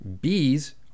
Bees